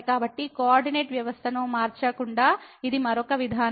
కాబట్టి కోఆర్డినేట్ వ్యవస్థకు మార్చకుండా ఇది మరొక విధానం